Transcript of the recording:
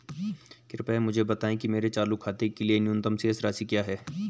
कृपया मुझे बताएं कि मेरे चालू खाते के लिए न्यूनतम शेष राशि क्या है?